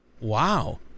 Wow